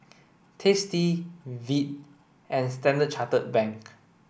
Tasty Veet and Standard Chartered Bank